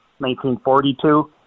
1942